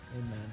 Amen